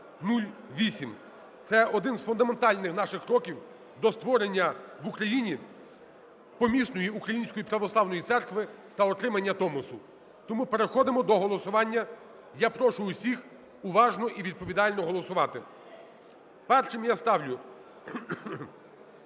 Це один із фундаментальних наших кроків до створення в Україні помісної української православної церкви та отримання Томосу. Тому переходимо до голосування, я прошу всіх уважно і відповідально голосувати. Першим я ставлю